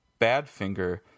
Badfinger